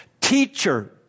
teacher